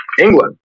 England